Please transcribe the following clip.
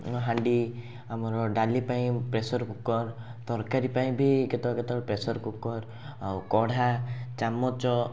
ହାଣ୍ଡି ଆମର ଡ଼ାଲି ପାଇଁ ପ୍ରେସରକୁକର ତରକାରୀ ପାଇଁ ବି କେତେବେଳେ କେତେବେଳେ ପ୍ରେସରକୁକର ଆଉ କଢ଼ା ଚାମଚ